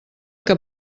que